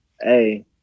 Hey